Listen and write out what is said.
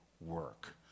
work